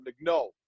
no